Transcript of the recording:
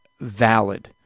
valid